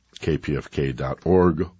kpfk.org